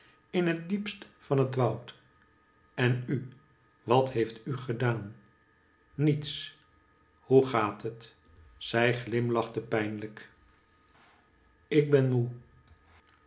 in het diepst van het woud en u wat heeft u gedaan niets hoe gaat het zij glimlachte pijnlijk ik ben moe